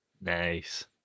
Nice